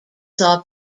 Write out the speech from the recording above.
saw